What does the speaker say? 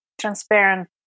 transparent